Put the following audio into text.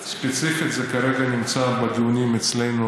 ספציפית, זה כרגע נמצא בדיונים אצלנו